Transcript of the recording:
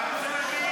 גנאים,